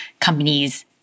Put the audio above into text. companies